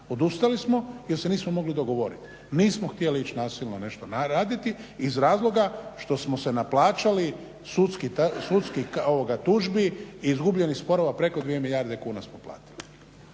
Odustali smo jer se nismo mogli dogovoriti. Nismo htjeli ići nasilno nešto raditi iz razloga što smo se naplaćali sudskih tužbi i izgubljenih sporova preko 2 milijarde kuna smo platili.